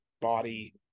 body